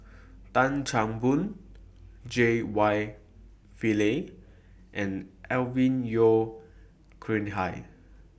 Tan Chan Boon J Y Pillay and Alvin Yeo Khirn Hai